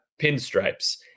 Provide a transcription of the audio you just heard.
pinstripes